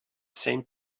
same